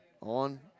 on